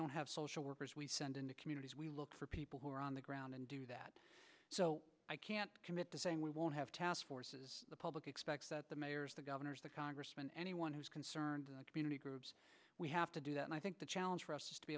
don't have social workers we send into communities we look for people who are on the ground and do that so i can't commit to saying we won't have task forces the public expects that the mayors the governors the congressman anyone who's concerned community groups we have to do that and i think the challenge for us to be